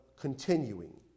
continuing